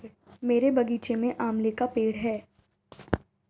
मेरे बगीचे में आंवले का पेड़ है